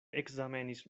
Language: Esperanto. ekzamenis